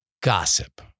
gossip